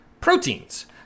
proteins